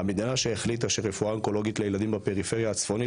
המדינה שהחליטה שרפואה אונקולוגית לילדים בפריפריה הצפונית,